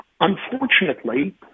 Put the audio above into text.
unfortunately